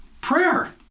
prayer